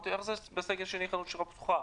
שאלתי: איך זה שבסגר השני החנות שלך פתוחה.